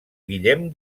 guillem